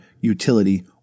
utility